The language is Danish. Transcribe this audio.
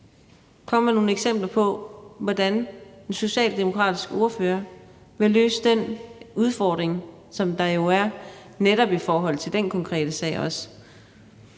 komme med nogle eksempler på, hvordan den socialdemokratiske ordfører vil løse den udfordring, som der jo er netop i forhold til også den konkrete sag? Kl.